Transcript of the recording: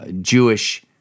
Jewish